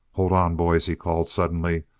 hold on, boys, he called suddenly,